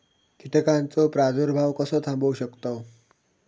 कीटकांचो प्रादुर्भाव कसो थांबवू शकतव?